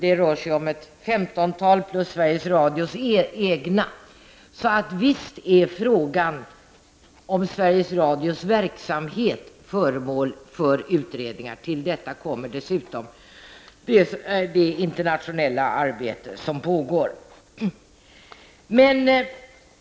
Det rör sig om ett femtontal utredningar plus Sveriges Radios egna, så visst är frågan om Sveriges Radios verksamhet föremål för utredningar. Till detta kommer dessutom det internationella arbete som pågår.